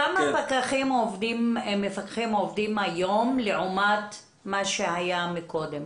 כמה מפקחים עובדים היום לעומת מה שהיה קודם?